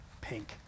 Pink